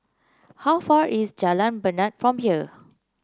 how far is Jalan Bena from here